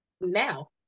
now